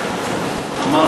מכובדי השר,